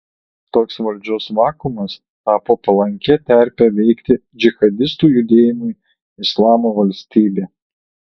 toks valdžios vakuumas tapo palankia terpe veikti džihadistų judėjimui islamo valstybė